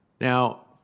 Now